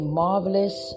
marvelous